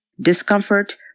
discomfort